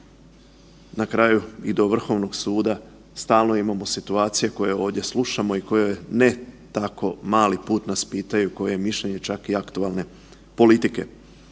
na kraju i do Vrhovnog suda stalno imamo situacije koje ovdje slušamo i koje ne tako mali put nas pitaju koje je mišljenje čak i aktualne politike.